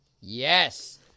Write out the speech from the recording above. Yes